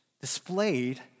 displayed